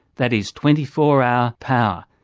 that is twenty four hour, power.